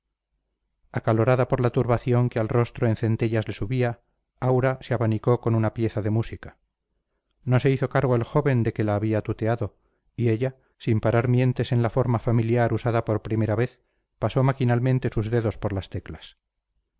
acalorada por la turbación que al rostro en centellas le subía aura se abanicó con una pieza de música no se hizo cargo el joven de que la había tuteado y ella sin parar mientes en la forma familiar usada por primera vez pasó maquinalmente sus dedos por las teclas